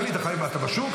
תגיד, אתה בשוק?